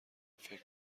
فکر